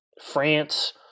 France